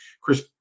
Chris